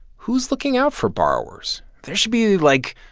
who's looking out for borrowers? there should be, like,